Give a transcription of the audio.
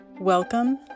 welcome